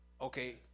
Okay